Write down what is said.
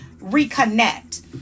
reconnect